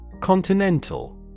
Continental